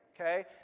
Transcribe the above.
okay